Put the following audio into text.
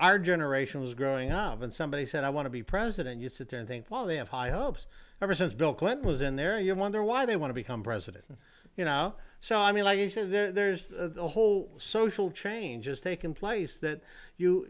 our generation was growing up and somebody said i want to be president you sit and think well they have high hopes ever since bill clinton was in there you wonder why they want to become president you know so i mean like there's the whole social changes taking place that you